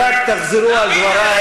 או שאצלכם רק יהודים,